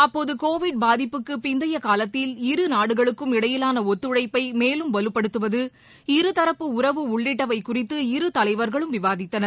அப்போதுகோவிட் பாதிப்புக்குபிந்தையகாலத்தில் இரு நாடுகளுக்கும் இடையிலானஒத்துழைப்பைமேலும் வலுப்படுத்துவது இருதரப்பு உறவு உள்ளிட்டவைகுறித்து இரு தலைவர்களும் விவாதித்தனர்